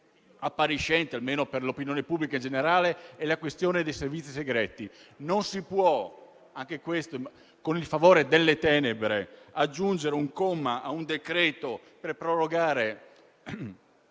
Non si può, anche in questo caso con il favore delle tenebre, aggiungere un comma a un decreto per prorogare